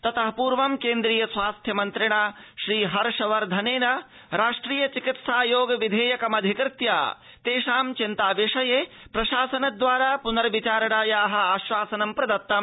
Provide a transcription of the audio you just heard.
ततः पूर्व केन्द्रीय स्वास्थ्य मन्त्रिणा श्रीहर्ष वर्धनेन राष्ट्रिय चिकित्सायोग विधेयकमधिकृत्य तेषां चिन्ता विषये प्रशासन द्वारा पुनर्विचारणायाः आश्वासनं प्रदत्तम्